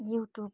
YouTube